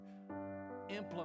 implement